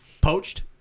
Poached